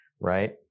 Right